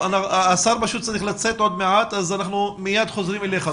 השר צריך לצאת עוד מעט אז אנחנו מיד חוזרים אליך.